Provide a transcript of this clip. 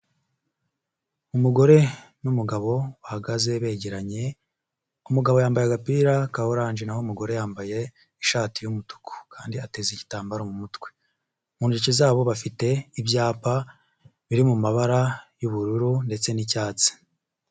Umugore n'umugabo bahagaze, begeranye, umugabo yambaye agapira ka oranje, na ho umugore yambaye ishati y'umutuku kandi ateze igitambaro mu mutwe. Mu ntoki zabo bafite ibyapa, biri mu mabara y'ubururu ndetse n'icyatsi.